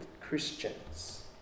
Christians